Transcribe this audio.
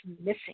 missing